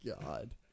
god